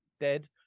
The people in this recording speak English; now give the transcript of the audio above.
dead